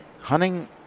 Hunting